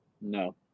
No